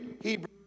Hebrew